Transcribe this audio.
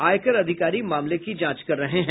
आयकर अधिकारी मामले की जांच कर रहे हैं